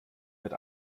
wird